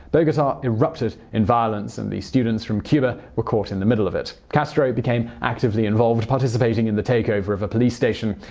bogota erupted in violence and the students from cuba were caught in the middle of it. castro became actively involved, participating in the takeover of a police station.